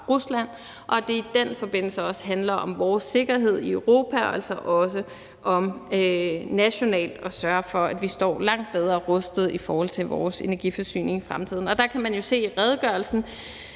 Rusland, og at det i den forbindelse også handler om vores sikkerhed i Europa og altså også om nationalt at sørge for, at vi står langt bedre rustet i vores energiforsyning i fremtiden. Der kan man jo se i redegørelsen,